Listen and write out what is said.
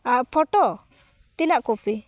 ᱟᱨ photo ᱛᱤᱱᱟᱹᱜ ᱠᱚᱯᱤ